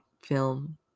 film